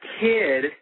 kid